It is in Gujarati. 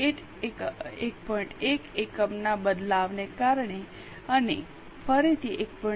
1 એકમના બદલાવને કારણે અને ફરીથી 1